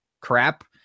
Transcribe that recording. crap